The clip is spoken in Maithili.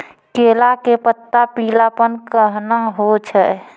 केला के पत्ता पीलापन कहना हो छै?